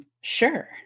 Sure